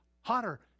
hotter